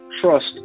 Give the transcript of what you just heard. trust